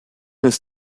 ist